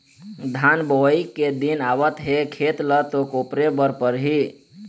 धान बोवई के दिन आवत हे खेत ल तो कोपरे बर परही